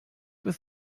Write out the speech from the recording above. with